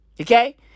Okay